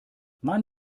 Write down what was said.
mann